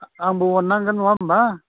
आंबो अननांगोन नङा होमब्ला